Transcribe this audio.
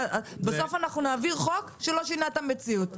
בסוף אנחנו נעביר חוק שלא שינה את המציאות.